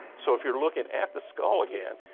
so if you're looking at the skull again,